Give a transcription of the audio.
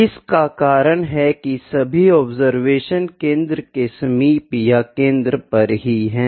इस का कारण है की सभी ऑब्जर्वेशन केंद्र के समीप या केंद्र पर ही है